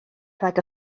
rhag